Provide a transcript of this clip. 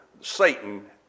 Satan